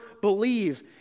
believe